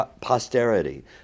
posterity